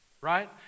right